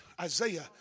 Isaiah